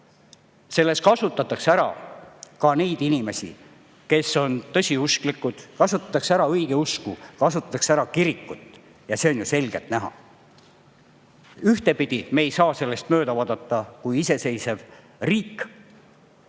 Selles kasutatakse ära ka neid inimesi, kes on tõsiusklikud, kasutatakse ära õigeusku, kasutatakse ära kirikut. See on ju selgelt näha. Ühtepidi me ei saa sellest mööda vaadata kui iseseisev riik,